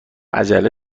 عجله